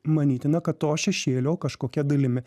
manytina kad to šešėlio kažkokia dalimi